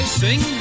sing